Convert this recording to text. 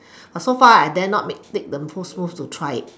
so far I dare not make make the first move to try it